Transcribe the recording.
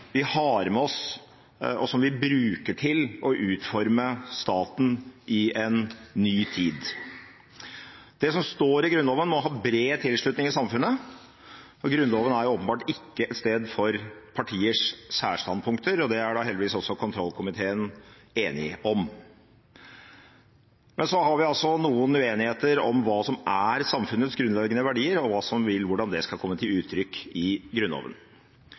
vi har med oss, og som vi bruker til å utforme staten i en ny tid. Det som står i Grunnloven, må ha bred tilslutning i samfunnet. Grunnloven er åpenbart ikke et sted for partiers særstandpunkter, og det er heldigvis også kontrollkomiteen enig om. Men vi har noen uenigheter om hva som er samfunnets grunnleggende verdier, og hvordan det skal komme til uttrykk i Grunnloven.